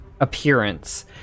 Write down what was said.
appearance